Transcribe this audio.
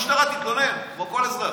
תתלונן במשטרה כמו כל אזרח.